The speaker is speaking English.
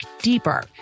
deeper